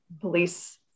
police